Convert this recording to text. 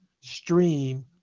stream